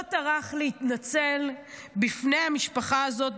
לא טרח להתנצל בפני המשפחה הזאת,